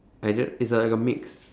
I ju~ it's a like a mix